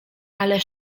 ale